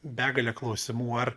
begalę klausimų ar